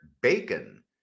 Bacon